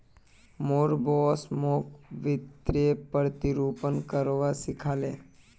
मोर बॉस मोक वित्तीय प्रतिरूपण करवा सिखा ले